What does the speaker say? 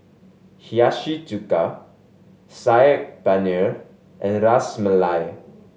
Hiyashi Chuka Saag Paneer and Ras Malai